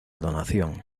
donación